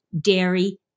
dairy